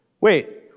Wait